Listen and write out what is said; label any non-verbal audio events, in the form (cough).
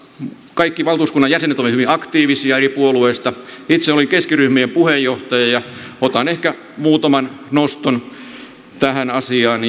kaikki valtuuskunnan jäsenet olivat hyvin aktiivisia eri puolueista itse olin keskiryhmän puheenjohtaja ja otan ehkä muutaman noston tähän asiaan (unintelligible)